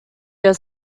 your